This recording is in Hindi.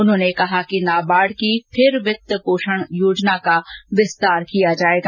उन्होंने कहा कि नाबार्ड की फिर वित्त पोषण योजना का विस्तार किया जायेगा